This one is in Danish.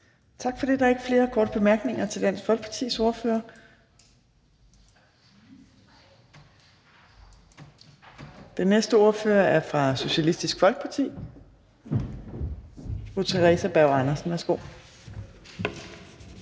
Tak for det. Der er ikke flere korte bemærkninger til Dansk Folkepartis ordfører. Den næste ordfører er fra Socialistisk Folkeparti. Fru Theresa Berg Andersen, værsgo.